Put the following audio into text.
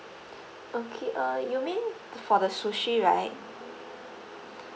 okay uh you mean for the sushi right